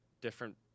different